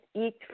eat